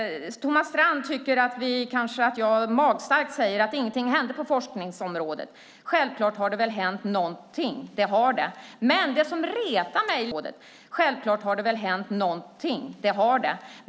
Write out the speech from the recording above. Thomas Strand tycker kanske att det är magstarkt av mig att säga att ingenting hände på forskningsområdet. Självfallet har det hänt någonting.